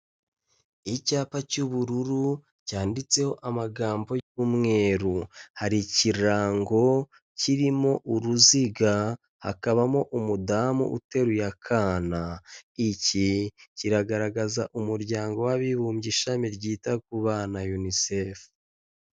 Icyapa cy'ubururu cyanditseho amagambo y'umweru, hari ikirango kirimo uruziga, hakabamo umudamu uteruye akana, iki kiragaragaza Umuryango w'Abibumbye ishami ryita ku bana Unicef.